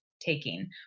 taking